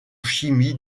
chimie